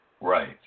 Right